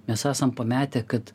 mes esam pametę kad